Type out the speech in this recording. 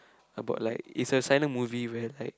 about like is a silent movie where like